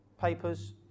papers